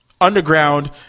Underground